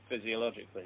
physiologically